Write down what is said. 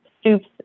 Stoops